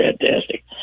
fantastic